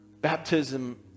Baptism